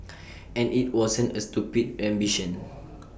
and IT wasn't A stupid ambition